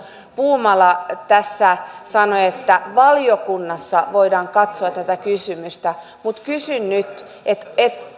puumala tässä sanoi että valiokunnassa voidaan katsoa tätä kysymystä mutta kysyn nyt